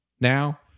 now